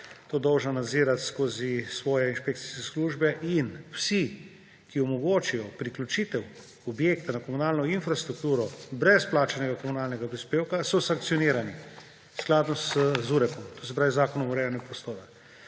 to dolžna nadzirati skozi svoje inšpekcijske službe. In vsi, ki omogočijo priključitev objekta na komunalno infrastrukturo brez plačanega komunalnega prispevka, so sankcionirani v skladu z Zakonom o urejanju prostora